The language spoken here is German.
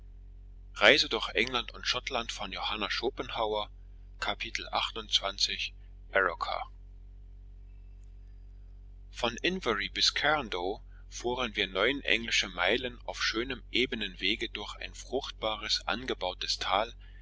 von inverary bis cairndow fuhren wir neun englische meilen auf schönem ebenen wege durch ein fruchtbares angebautes tal